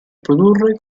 produrre